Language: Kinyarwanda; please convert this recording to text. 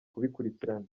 kubikurikirana